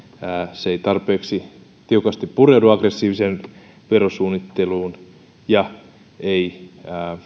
se ei tarpeeksi tiukasti pureudu aggressiiviseen verosuunnitteluun ja ei